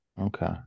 okay